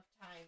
time